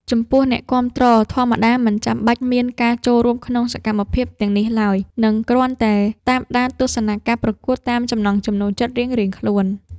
ចំពោះអ្នកគាំទ្រធម្មតាមិនចាំបាច់មានការចូលរួមក្នុងសកម្មភាពទាំងនេះឡើយ និង គ្រាន់តែតាមដានទស្សនាការប្រកួតតាមចំណង់ចំណូលចិត្តរៀងៗខ្លួន។